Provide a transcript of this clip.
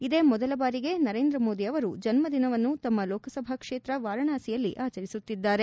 ಇದೇ ಮೊದಲ ಬಾರಿಗೆ ನರೇಂದ್ರ ಮೋದಿಯವರು ಜನ್ಮದಿನವನ್ನು ತಮ್ಮ ಲೋಕಸಭಾ ಕ್ಷೇತ್ರ ವಾರಣಾಸಿಯಲ್ಲಿ ಆಚರಿಸುತ್ತಿದ್ದಾರೆ